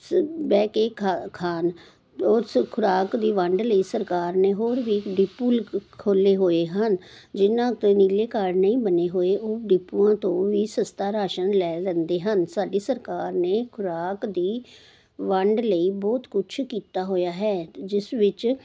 ਸ ਬਹਿ ਕੇ ਖਾ ਖਾਣ ਉਸ ਖੁਰਾਕ ਦੀ ਵੰਡ ਲਈ ਸਰਕਾਰ ਨੇ ਹੋਰ ਵੀ ਡੀਪੂ ਲਗ ਖੋਲ੍ਹੇ ਹੋਏ ਹਨ ਜਿਹਨਾਂ ਤੋਂ ਨੀਲੇ ਕਾਰਡ ਨਹੀਂ ਬਣੇ ਹੋਏ ਉਹ ਡੀਪੂਆਂ ਤੋਂ ਵੀ ਸਸਤਾ ਰਾਸ਼ਨ ਲੈਂਦੇ ਹਨ ਸਾਡੀ ਸਰਕਾਰ ਨੇ ਖੁਰਾਕ ਦੀ ਵੰਡ ਲਈ ਬਹੁਤ ਕੁਛ ਕੀਤਾ ਹੋਇਆ ਹੈ ਜਿਸ ਵਿੱਚ